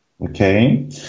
Okay